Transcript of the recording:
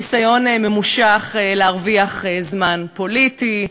ניסיון ממושך להרוויח זמן פוליטי,